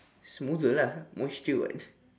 smoother lah moisture [what]